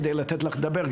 כדי לתת לך לדבר,